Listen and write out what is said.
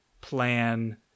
plan